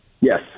yes